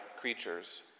creatures